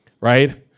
right